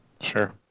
Sure